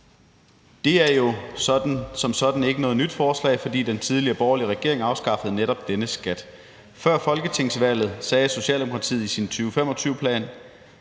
Det er jo som sådan ikke noget nyt forslag, for den tidligere borgerlige regering afskaffede netop denne skat. Før folketingsvalget lagde Socialdemokratiet i sin 2025-plan